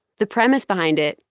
the premise behind it,